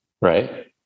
right